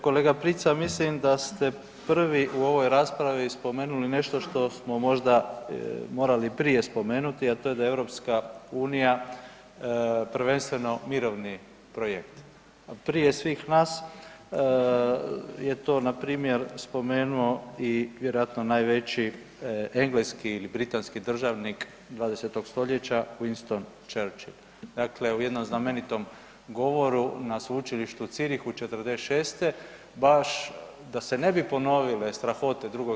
Kolega Prica, mislim da ste prvi u ovoj raspravi spomenuli nešto što smo možda morali prije spomenuti, a to je da je EU prvenstveno mirovini projekt, a prije svih je to npr. spomenuo i vjerojatno najveći engleski ili britanski državnik 20.stoljeća Winston Churchill, dakle u jednom znamenitom govoru na Sveučilištu u Zürichu '46., baš da se ne bi ponovile strahote II.